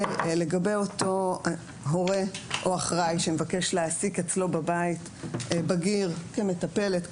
לגבי הורה או אחראי שמבקש להעסיק אצלו בבית בגיר כמטפלת,